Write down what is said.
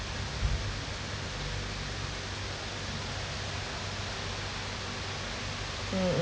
mm